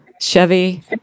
Chevy